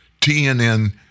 TNN